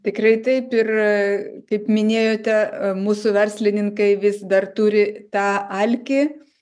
tikrai taip ir kaip minėjote mūsų verslininkai vis dar turi tą alkį